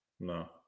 No